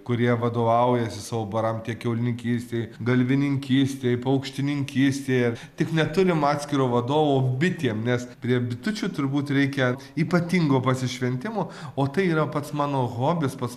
kurie vadovaujasi savo baram tiek kiaulininkystėj galvijininkystėj paukštininkystėje tik neturim atskiro vadovo bitėm nes prie bitučių turbūt reikia ypatingo pasišventimo o tai yra pats mano hobis pats